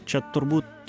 čia turbūt